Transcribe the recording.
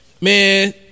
man